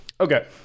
Okay